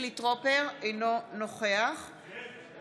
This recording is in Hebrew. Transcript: אינו נוכח דסטה